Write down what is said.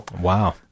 Wow